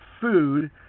food